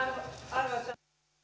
arvoisa rouva